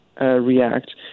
React